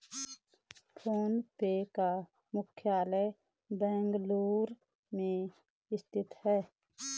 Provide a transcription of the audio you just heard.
phone पे का मुख्यालय बेंगलुरु में स्थित है